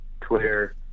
Twitter